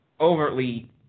overtly